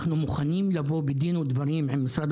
אנחנו מוכנים לבוא בדין ודברים עם משרד